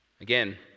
Again